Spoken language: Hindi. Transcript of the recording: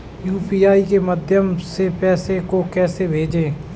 यू.पी.आई के माध्यम से पैसे को कैसे भेजें?